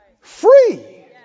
free